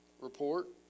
report